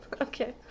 Okay